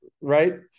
right